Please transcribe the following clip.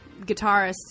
guitarist